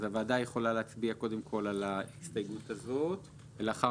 אז הוועדה יכולה להצביע קודם כול על ההסתייגות הזאת ולאחר